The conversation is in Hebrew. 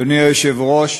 אדוני היושב-ראש,